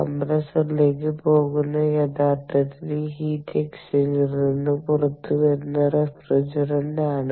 കംപ്രസ്സറിലേക്ക് പോകുന്നത് യഥാർത്ഥത്തിൽ ഈ ഹീറ്റ് എക്സ്ചേഞ്ചറിൽ നിന്ന് പുറത്തുവരുന്ന റഫ്രിജറന്റാണ്